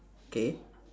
K